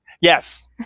Yes